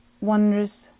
wondrous